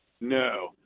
No